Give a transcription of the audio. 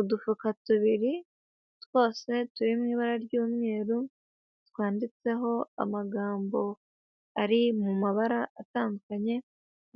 Udufuka tubiri, twose turi mu ibara ry'umweru, twanditseho amagambo ari mu mabara atandukanye,